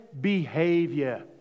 behavior